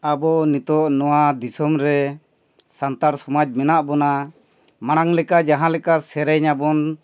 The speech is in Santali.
ᱟᱵᱚ ᱱᱤᱛᱚᱜ ᱱᱚᱣᱟ ᱫᱤᱥᱚᱢᱨᱮ ᱥᱟᱱᱛᱟᱲ ᱥᱚᱢᱟᱡᱽ ᱢᱮᱱᱟᱜ ᱵᱚᱱᱟ ᱢᱟᱲᱟᱝ ᱞᱮᱠᱟ ᱡᱟᱦᱟᱸ ᱞᱮᱠᱟ ᱥᱮᱨᱮᱧᱟᱵᱚᱱ